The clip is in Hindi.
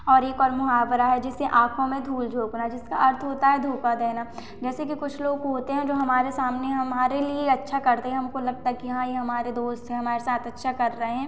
और एक और मुहावरा है जैसे आँखों में धूल झोंकना जिसका अर्थ होता है धोखा देना जैसे कि कुछ लोग होते हैं जो हमारे सामने हमारे लिए अच्छा करते हैं हमको लगता कि हाँ यह हमारे दोस्त हैं हमारे साथ अच्छा कर रहे हैं